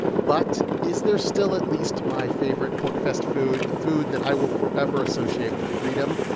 but is there still at least my favorite porcfest food, the food that i will forever associate with freedom,